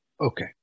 Okay